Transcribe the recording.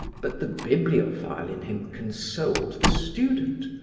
but the bibliophile in him consoled the student,